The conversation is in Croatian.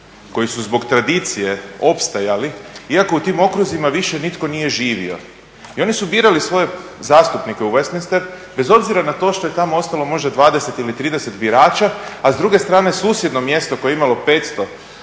koji su zbog tradicije opstajali iako u tim okruzima više nitko nije živio. I oni su birali svoje zastupnike u Westminister bez obzira na to što je tamo ostalo možda 20 ili 30 birača, a s druge strane susjedno mjesto koje je imalo 500,